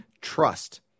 trust